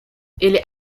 est